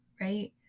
right